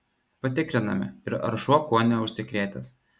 patikriname ir ar šuo kuo neužsikrėtęs